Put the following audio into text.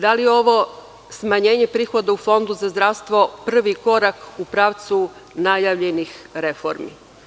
Da li je ovo smanjenje prihoda u Fondu za zdravstvo prvi korak u pravcu najavljenih reformi?